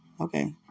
Okay